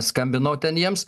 skambinau ten jiems